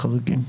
החריגים.